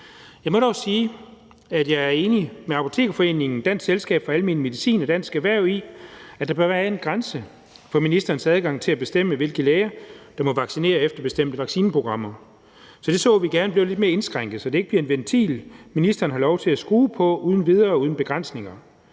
Jeg må dog sige, at jeg er enig med Apotekerforeningen, Dansk Selskab for Almen Medicin og Dansk Erhverv i, at der bør være en grænse for ministerens adgang til at bestemme, hvilke læger der må vaccinere efter bestemte vaccineprogrammer. Så det så vi gerne blev lidt mere indskrænket, så det ikke bliver en ventil, ministeren har lov til at skrue på uden videre og uden begrænsninger,